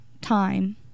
time